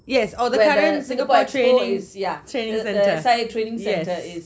yes or the current S_I_A training centre yes